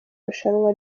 irushanywa